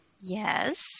Yes